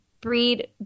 breed